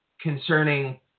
concerning